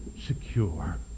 secure